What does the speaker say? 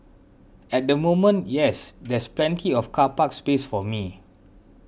at the moment yes there's plenty of car park space for me